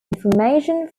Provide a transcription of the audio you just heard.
information